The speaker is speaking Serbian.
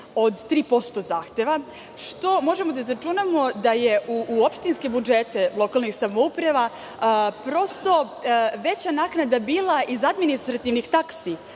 od 3% zahteva. Možemo da izračunamo da je u opštinske budžete lokalnih samouprava veća naknada bila iz administrativnih taksi,